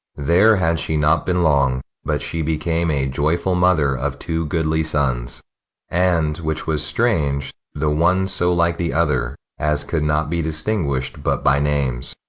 there had she not been long but she became a joyful mother of two goodly sons and, which was strange, the one so like the other as could not be disdnguish'd but by names.